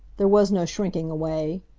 there was no shrinking away.